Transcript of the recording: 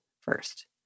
first